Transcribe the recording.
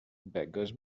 beggars